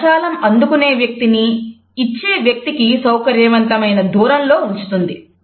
ఈ కరచాలనం అందుకునే వ్యక్తిని ఇచ్చే వ్యక్తికి సౌకర్యవంతమైన దూరంలో ఉంచుతుంది